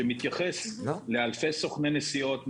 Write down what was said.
שום סעיף שמתייחס לאלפי סוכני נסיעות,